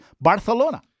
Barcelona